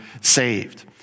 saved